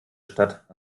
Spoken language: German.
statt